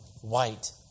white